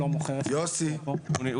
יוסי.